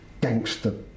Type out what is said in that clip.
gangster